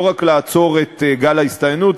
לא רק לעצור את גל ההסתננות,